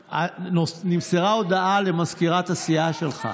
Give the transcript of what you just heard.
נמסרה הודעה למזכירת הסיעה שלך.